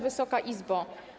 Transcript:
Wysoka Izbo!